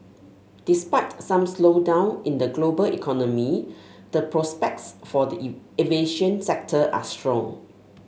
despite some slowdown in the global economy the prospects for the aviation sector are strong